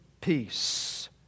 Peace